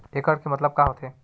एकड़ के मतलब का होथे?